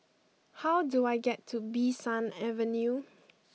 how do I get to Bee San Avenue